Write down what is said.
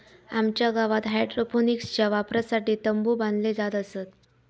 आमच्या गावात हायड्रोपोनिक्सच्या वापरासाठी तंबु बांधले जात असत